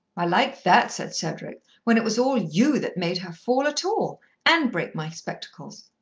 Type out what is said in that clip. i like that! said cedric. when it was all you that made her fall at all and break my spectacles.